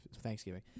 Thanksgiving